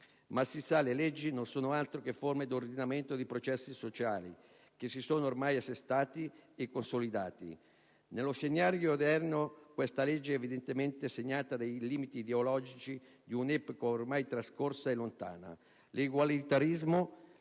Ma, si sa, le leggi non sono altro che forme d'ordinamento di processi sociali che si sono ormai assestati e consolidati. Nello scenario odierno, questa legge è evidentemente segnata dai limiti ideologici di un'epoca ormai trascorsa e lontana: